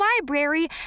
library